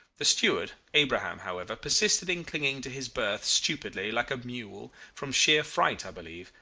the steward, abraham, however, persisted in clinging to his berth, stupidly, like a mule from sheer fright i believe,